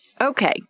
Okay